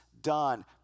done